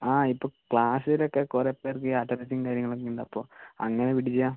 ആ ഇപ്പോൾ ക്ലാസ്സിൽ ഒക്കെ കുറേ പേർക്ക് ഈ അലർജിയും കാര്യങ്ങൾ ഒക്കെ ഉണ്ട് അപ്പോൾ അങ്ങനെ പിടിച്ചതാണ്